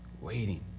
waiting